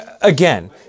Again